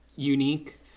unique